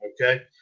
Okay